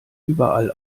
überall